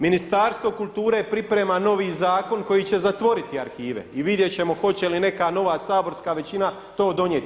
Ministarstvo kulture priprema novi zakon koji će zatvoriti arhive i vidjeti ćemo hoće li neka nova saborska većina to donijeti.